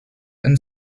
and